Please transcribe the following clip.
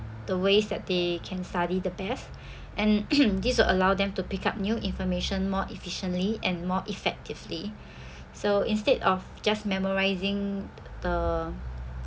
the ways that they can study the best and this will allow them to pick up new information more efficiently and more effectively so instead of just memorizing the